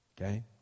okay